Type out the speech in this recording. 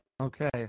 Okay